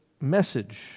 message